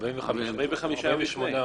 45 יום לפני.